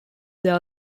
their